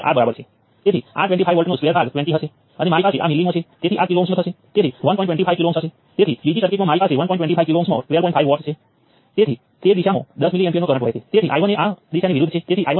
તેથી હું શું કરીશ તે મને આ કરંટ સોર્સ I3 માંથી બહાર કાઢવા દો અને મારી પાસે અગાઉ જે હતું તેનાથી વિરુદ્ધ દિશામાં તેને જોડવા દો